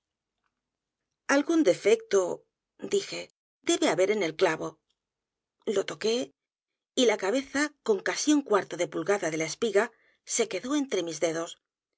algún defecto dije debe haber en el clavo l o t o q u é y la cabeza con casi un cuarto de pulgada de la espiga se quedó entre mis dedos